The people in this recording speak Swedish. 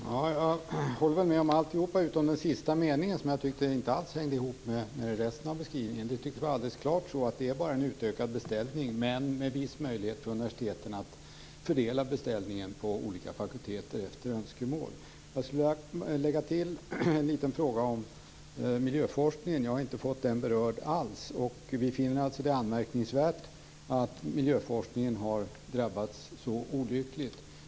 Fru talman! Jag håller med om allt utom den sista meningen, som jag inte alls tyckte hängde ihop med resten av beskrivningen. Det tycks vara alldeles klart att det bara är en utökad beställning men med viss möjlighet för universiteten att fördela beställningen på olika fakulteter efter önskemål. Jag skulle vilja ställa en fråga om miljöforskningen, eftersom den inte alls har berörts. Vi finner det anmärkningsvärt att miljöforskningen har drabbats så olyckligt.